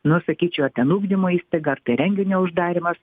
nu sakyčiau ar ten ugdymo įstaiga ar tai renginio uždarymas